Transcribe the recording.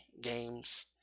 games